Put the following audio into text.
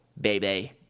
baby